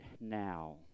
now